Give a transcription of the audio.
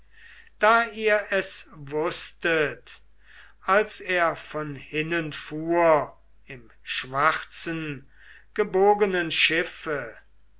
da ihr es wußtet als er von hinnen fuhr im schwarzen gebogenen schiffe